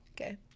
Okay